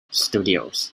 studios